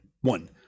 one